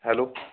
hello